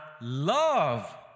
love